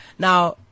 Now